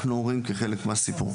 אנחנו הורים כחלק מהסיפור.